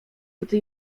gdy